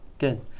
Good